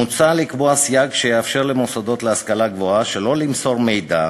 מוצע לקבוע סייג שיאפשר למוסדות להשכלה גבוהה שלא למסור מידע